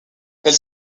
elle